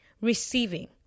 Receiving